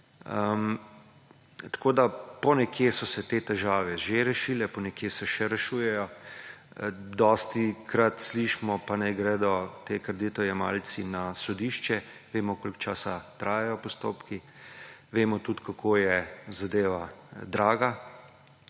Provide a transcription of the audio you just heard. Tako so se nekje te težave že rešile, nekje se še rešujejo. Dostikrat slišimo, da naj gredo ti kreditojemalci na sodišče. Vemo, koliko časa trajajo postopki. Vemo tudi, kako je zadeva draga,